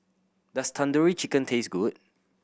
does Tandoori Chicken taste good